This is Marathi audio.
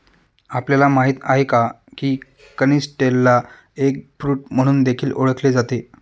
आपल्याला माहित आहे का? की कनिस्टेलला एग फ्रूट म्हणून देखील ओळखले जाते